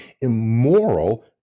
immoral